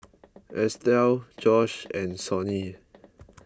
Estell Josh and Sonny